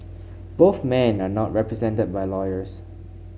both men are not represented by lawyers